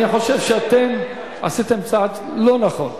אני חושב שעשיתם צעד לא נכון.